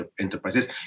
enterprises